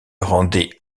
rendait